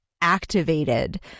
activated